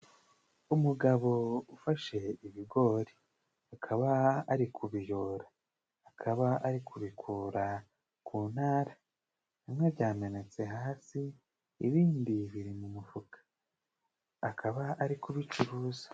Umugabo ufashe ibigori akaba ari kubiyora, akaba ari kubikura ku ntara bimwe byamenetse hasi ibindi biri mu mufuka. Akaba ari kubicuruza.